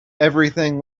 everything